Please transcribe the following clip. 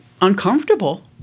uncomfortable